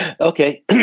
okay